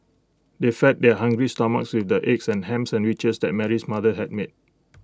they fed their hungry stomachs with the egg and Ham Sandwiches that Mary's mother had made